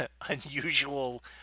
unusual